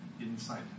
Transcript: inside